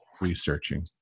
researching